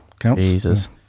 Jesus